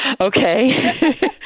Okay